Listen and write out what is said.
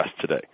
today